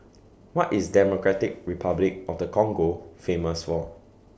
What IS Democratic Republic of The Congo Famous For